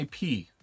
IP